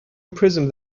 imprison